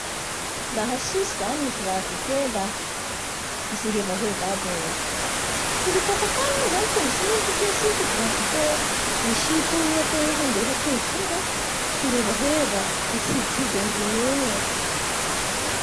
Laha tsisy zany ny graviter la mitsingevaheva aby gnolo tsy hipeta tany moa zay ny tongotry ny olo satria tsis i gravité misito ategna handeha tongotsy igny ka; mitsenvaheva, mitsiditsidy albony engy ee!